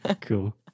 Cool